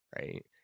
right